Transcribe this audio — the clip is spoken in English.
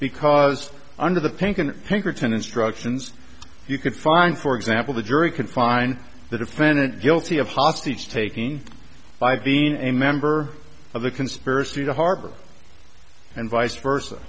because under the pink and pinkerton instructions you could find for example the jury can find the defendant guilty of hostage taking by being a member of the conspiracy to harbor and vice versa